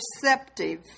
perceptive